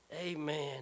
Amen